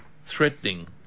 threatening